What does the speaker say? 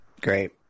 Great